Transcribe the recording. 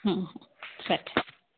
ಹ್ಞೂ ಸರಿ